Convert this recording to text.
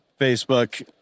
Facebook